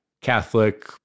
Catholic